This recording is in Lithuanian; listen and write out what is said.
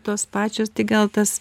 tos pačios tik gal tas